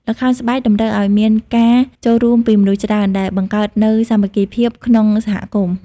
ល្ខោនស្បែក តម្រូវឱ្យមានការចូលរួមពីមនុស្សច្រើន ដែលបង្កើតនូវ សាមគ្គីភាព ក្នុងសហគមន៍។